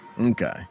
Okay